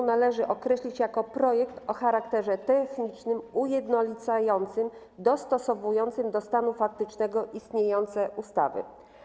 Projekt ustawy należy określić jako projekt o charakterze technicznym, ujednolicającym, dostosowującym do stanu faktycznego istniejące ustawy.